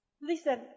Listen